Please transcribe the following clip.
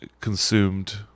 consumed